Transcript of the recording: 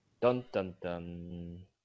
Dun-dun-dun